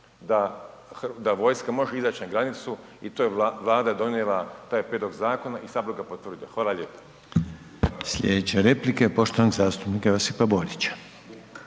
da vojska može izaći na granicu i to je Vlada donijela taj prijedlog zakona i sad bude ga potvrdila. Hvala lijepo.